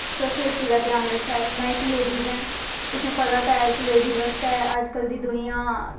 ते शेफ्टी दा ध्यान रक्खै में इक लेड़िस ऐं तुसें पता ता है इक लेड़िस आस्तै अज्ज कल दी दुनियां